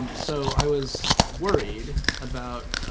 so, i was worried about